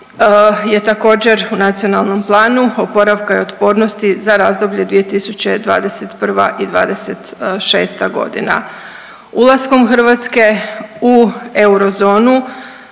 je također u Nacionalnom planu oporavka i otpornosti za razdoblje 2021. i 2026. godina. Ulaskom Hrvatske u eurozonu